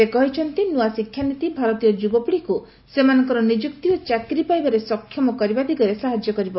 ସେ କହିଛନ୍ତି ନୂଆ ଶିକ୍ଷାନୀତି ଭାରତୀୟ ଯୁବପିଢ଼ିକୁ ସେମାନଙ୍କର ନିଯୁକ୍ତି ଓ ଚାକିରି ପାଇବାରେ ସକ୍ଷମ କରିବା ଦିଗରେ ସାହାଯ୍ୟ କରିବ